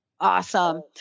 Awesome